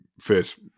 first